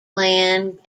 land